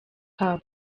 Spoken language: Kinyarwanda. cup